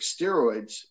steroids